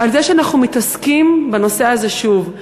על זה שאנחנו מתעסקים בנושא הזה שוב,